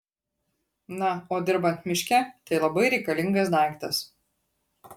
na o dirbant miške tai labai reikalingas daiktas